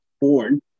born